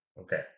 Okay